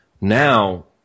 Now